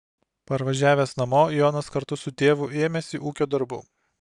parvažiavęs namo jonas kartu su tėvu ėmėsi ūkio darbų